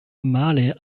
male